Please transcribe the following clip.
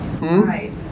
right